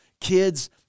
Kids